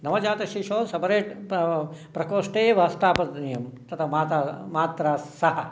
नवजातशिशुं separate प्रकोष्टे एव स्थापनीयं तत्र माता मात्रा सह